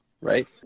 right